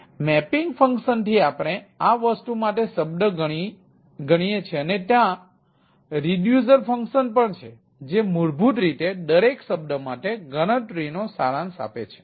mapping function થી આપણે આ વસ્તુ માટે શબ્દ ગણીએ છીએ અને ત્યાં રિડ્યુસીંગ ફંકશન પણ છે જે મૂળભૂત રીતે દરેક શબ્દ માટે ગણતરીનો સારાંશ આપે છે